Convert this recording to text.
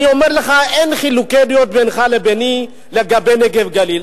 אני אומר לך: אין חילוקי דעות בינך לביני לגבי נגב-גליל.